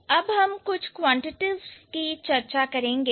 अब हम कुछ क्वांटिटेटिव्स की चर्चा करेंगे